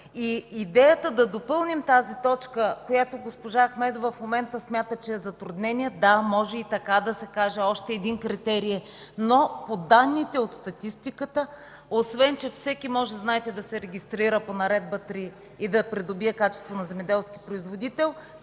Идеята да допълним тази точка, която госпожа Ахмедова в момента смята, че е затруднение – да, може и така да се каже. Още един критерий е. Но по данните от статистиката, освен че, знаете, всеки може да се регистрира по Наредба № 3 и да придобие качество на земеделски производител,